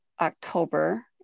October